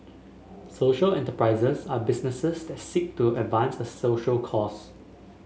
social enterprises are businesses that seek to advance a social cause